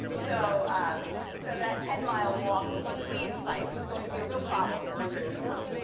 so so that ten mile walk between sites was going to be a real problem for certain people.